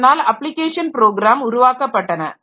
அதனால் application program உருவாக்கப்பட்டன